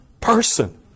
person